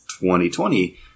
2020